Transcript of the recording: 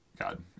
God